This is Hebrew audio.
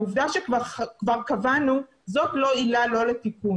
העובדה שכבר קבענו, זאת לא עילה לא לתקן.